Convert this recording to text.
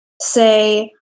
say